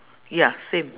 ya same